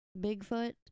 Bigfoot